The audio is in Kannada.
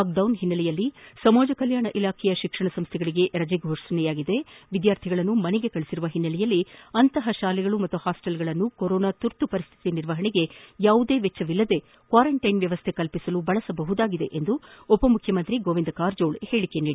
ಲಾಕ್ಡೌನ್ ಹಿನ್ನೆಲೆಯಲ್ಲಿ ಸಮಾಜ ಕಲ್ಯಾಣ ಇಲಾಖೆಯ ಶಿಕ್ಷಣ ಸಂಸ್ವೆಗಳಿಗೆ ರಜೆ ಫೋಷಣೆಯಾಗಿದ್ದು ವಿದ್ಯಾರ್ಥಿಗಳನ್ನು ಮನೆಗೆ ಕಳುಹಿಸಿರುವ ಹಿನ್ನೆಲೆಯಲ್ಲಿ ಅಂತಹ ಶಾಲೆಗಳು ಮತ್ತು ಹಾಸ್ಟೆಲ್ಗಳನ್ನು ಕೊರೊನಾ ತುರ್ತು ಪರಿಸ್ಥಿತಿ ನಿರ್ವಹಣೆಗೆ ಯಾವುದೇ ವೆಚ್ಚವಿಲ್ಲದೆ ಕ್ವಾರಂಟೈನ್ ವ್ಯವಸ್ಥೆ ಮಾಡಲು ಬಳಸಬಹುದಾಗಿದೆ ಎಂದು ಉಪಮುಖ್ಯಮಂತ್ರಿ ಗೋವಿಂದ ಕಾರಜೋಳ ಹೇಳಿಕೆ ನೀಡಿದ್ದಾರೆ